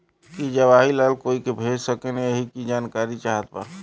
की जवाहिर लाल कोई के भेज सकने यही की जानकारी चाहते बा?